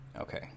Okay